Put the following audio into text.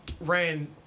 ran